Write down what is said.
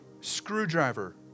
screwdriver